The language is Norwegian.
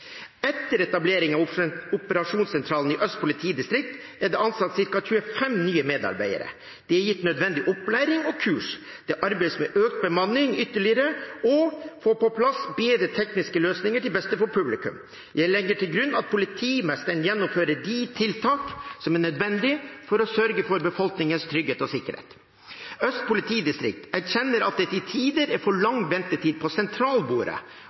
Etter etableringen av operasjonssentralen i Øst politidistrikt er det ansatt ca. 25 nye medarbeidere. De er gitt nødvendig opplæring og kurs. Det arbeides med å øke bemanningen ytterligere og å få på plass bedre tekniske løsninger til beste for publikum. Jeg legger til grunn at politimesteren gjennomfører de tiltak som er nødvendige for å sørge for befolkningens trygghet og sikkerhet. Øst politidistrikt erkjenner at det til tider er for lang ventetid på sentralbordet,